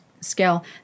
scale